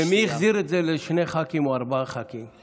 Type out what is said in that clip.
ומי החזיר את זה לשני ח"כים או לארבעה ח"כים?